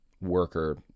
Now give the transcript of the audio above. worker